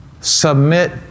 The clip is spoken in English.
submit